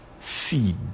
seed